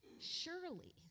Surely